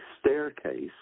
staircase